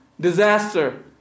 disaster